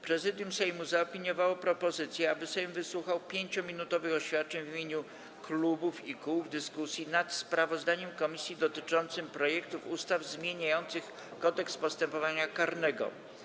Prezydium Sejmu zaopiniowało propozycję, aby Sejm wysłuchał 5-minutowych oświadczeń w imieniu klubów i kół w dyskusji nad sprawozdaniem komisji dotyczącym projektów ustaw zmieniających Kodeks postępowania karnego.